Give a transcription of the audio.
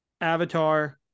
Avatar